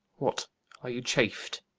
what are you chaff'd?